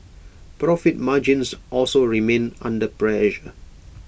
profit margins also remained under pressure